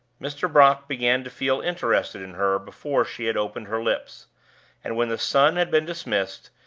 mr. brock began to feel interested in her before she had opened her lips and when the son had been dismissed,